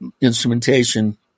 instrumentation